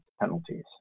penalties